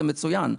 זה מצוין.